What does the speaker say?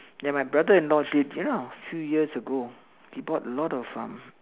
ya my brother in law did you know a few years ago he bought a lot of um